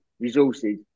Resources